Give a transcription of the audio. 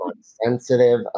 sensitive